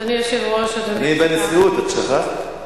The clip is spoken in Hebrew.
אני בנשיאות, את שכחת?